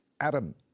Adam